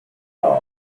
todd